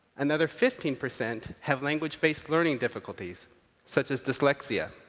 another fifteen percent have language based learning difficulties such as dyslexia.